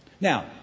Now